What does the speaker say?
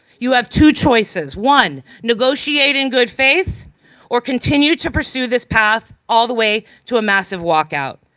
you have two choices one, negotiate in good faith or continue to pursue this path all the way to a massive walkout.